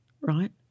Right